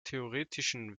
theoretischen